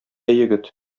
егет